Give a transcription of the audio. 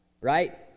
right